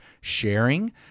sharing